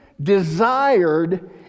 desired